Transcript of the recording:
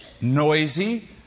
noisy